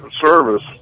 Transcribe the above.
service